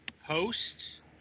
host